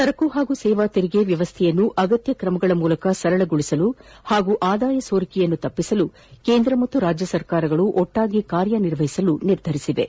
ಸರಕು ಹಾಗೂ ಸೇವಾ ತೆರಿಗೆ ವ್ಯವಸ್ಥೆಯನ್ನು ಅಗತ್ಯ ಕ್ರಮಗಳ ಮೂಲಕ ಸರಳಗೊಳಿಸಲು ಹಾಗೂ ಆದಾಯ ಸೋರಿಕೆಯನ್ನು ತಡೆಗಟ್ಟಲು ಕೇಂದ್ರ ಮತ್ತು ರಾಜ್ಯ ಸರ್ಕಾರಗಳು ಒಟ್ಟಾಗಿ ಕಾರ್ಯನಿರ್ವಹಿಸಲು ನಿರ್ಧರಿಸಿವೆ